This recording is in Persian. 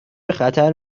بخطر